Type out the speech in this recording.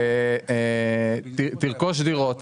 תרכוש דירות.